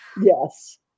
Yes